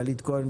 גלית כהן,